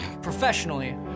Professionally